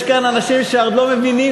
יש כאן אנשים שעוד לא מבינים,